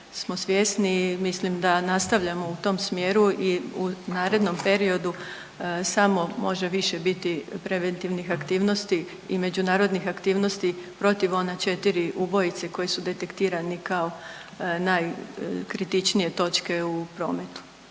smo svjesni i mislim da nastavljamo u tom smjeru i u narednom periodu samo može više biti preventivnih aktivnosti i međunarodnih aktivnosti protiv ona 4 ubojice koji su detektirani kao najkritičnije točke u prometu.